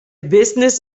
business